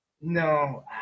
No